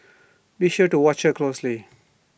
be sure to watch her closely